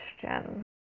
question